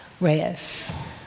Reyes